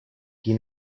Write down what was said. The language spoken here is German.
die